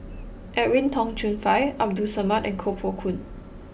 Edwin Tong Chun Fai Abdul Samad and Koh Poh Koon